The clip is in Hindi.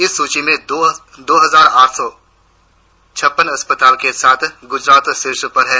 इस सूची में दो हजार आठ सौ छप्पन अस्पतालों के साथ गुजरात शीर्ष पर है